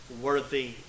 worthy